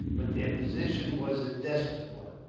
but their position was a desperate one.